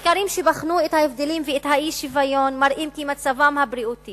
מחקרים שבחנו את ההבדלים ואת האי-שוויון מראים כי מצבן הבריאותי